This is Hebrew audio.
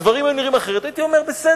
הדברים היו נראים אחרת, והייתי אומר בסדר.